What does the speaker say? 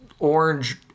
orange